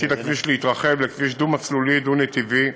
עתיד הכביש להתרחב לכביש דו-מסלולי, דו-נתיבי,